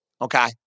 Okay